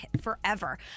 forever